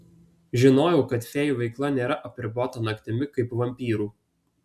žinojau kad fėjų veikla nėra apribota naktimi kaip vampyrų